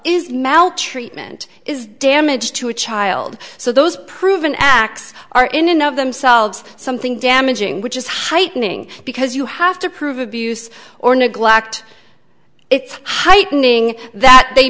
maltreatment is damage to a child so those proven acts are in and of themselves something damaging which is heightening because you have to prove abuse or neglect it's heightening that they